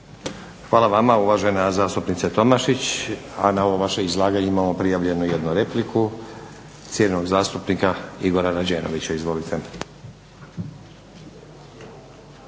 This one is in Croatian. Hvala vama uvažena zastupnice Tomašić. A na ovo vaše izlaganje imamo prijavljenu jednu repliku cijenjenog zastupnika Igora Rađenovića. Izvolite.